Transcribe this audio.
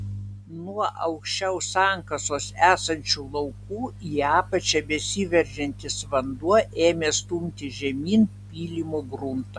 nuo aukščiau sankasos esančių laukų į apačią besiveržiantis vanduo ėmė stumti žemyn pylimo gruntą